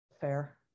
fair